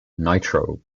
nitro